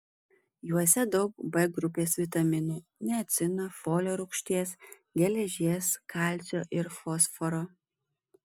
juose daug b grupės vitaminų niacino folio rūgšties geležies kalcio ir fosforo